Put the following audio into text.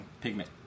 Pigment